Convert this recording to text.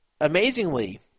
amazingly